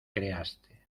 creaste